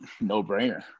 no-brainer